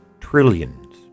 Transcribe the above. trillions